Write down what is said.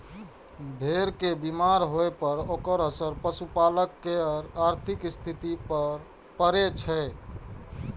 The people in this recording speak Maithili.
भेड़ के बीमार होइ पर ओकर असर पशुपालक केर आर्थिक स्थिति पर पड़ै छै